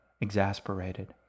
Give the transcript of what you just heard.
exasperated